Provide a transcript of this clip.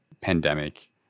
pandemic